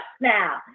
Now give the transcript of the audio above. Now